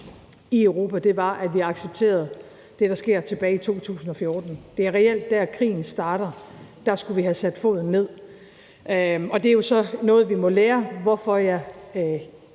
i Europa, var, at vi accepterede det, der sker tilbage i 2014. Det er reelt der, krigen starter, og da skulle vi have sat foden ned. Det er jo så noget, vi må lære, hvorfor jeg